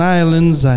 islands